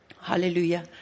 Hallelujah